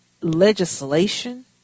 legislation